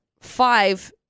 five